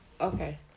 Okay